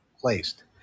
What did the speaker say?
placed